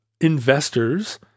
investors